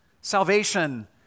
Salvation